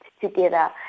together